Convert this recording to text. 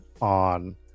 on